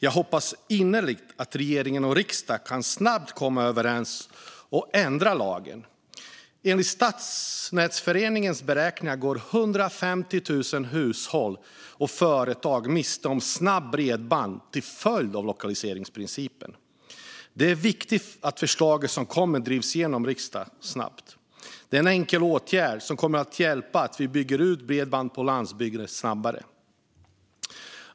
Jag hoppas innerligt att regeringen och riksdagen snabbt kan komma överens och ändra lagen. Enligt Stadsnätsföreningens beräkningar går 150 000 hushåll och företag miste om snabbt bredband till följd av lokaliseringsprincipen. Det är viktigt att förslaget som kommer drivs igenom riksdagen snabbt. Det är en enkel åtgärd som kommer att hjälpa oss att bygga ut bredband på landsbygden snabbare.